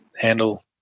handle